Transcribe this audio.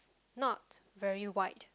not very wide